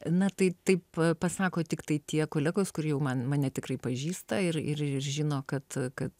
na tai taip pasako tiktai tie kolegos kurie man mane tikrai pažįsta ir ir žino kad kad